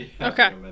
okay